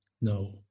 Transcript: no